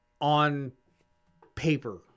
on-paper